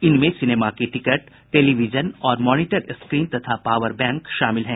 इनमें सिनेमा के ticket television और मॉनिटर स्क्रीन तथा पावर बैंक शामिल हैं